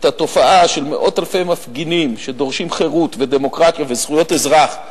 את התופעה של מאות-אלפי מפגינים שדורשים חירות ודמוקרטיה וזכויות אזרח,